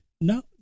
no